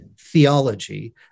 theology